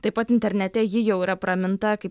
taip pat internete ji jau yra praminta kaip